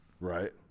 Right